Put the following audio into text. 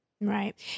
Right